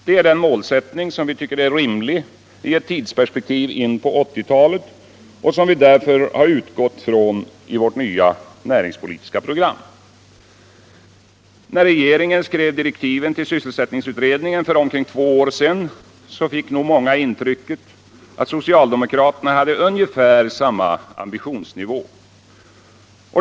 Det är den målsättning som vi tycker är rimlig i ett tidsperspektiv in på 1980-talet och som vi därför har utgått från i vårt nya näringspolitiska program. När regeringen skrev direktiven till sysselsättningsutredningen för omkring två år sedan fick nog många intrycket att socialdemokratin hade ungefär samma ambitionsnivå.